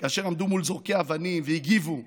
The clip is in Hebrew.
כאשר עמדו מול זורקי האבנים והגיבו,